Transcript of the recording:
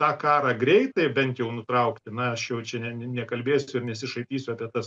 tą karą greitai bent jau nutraukti na aš jau čia ne nekalbėsiu ir nesišaipysiu apie tas